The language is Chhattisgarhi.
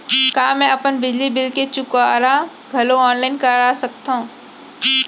का मैं अपन बिजली बिल के चुकारा घलो ऑनलाइन करा सकथव?